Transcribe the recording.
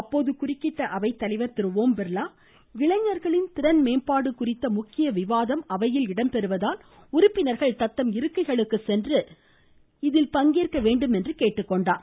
அப்போது குற்க்கிட்ட அவைத்தலைவர் திரு ஒம்பிர்லா இளைஞர்களின் திறன் மேம்பாடு குறித்த முக்கிய விவாதம் இடம்பெறுவதால் உறுப்பினர்கள் தத்தம் இருக்கைகளுக்கு சென்று அதில் பங்கேற்க வேண்டும் என்று கேட்டுக்கொண்டார்